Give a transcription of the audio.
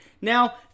Now